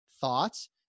thoughts